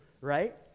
right